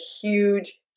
huge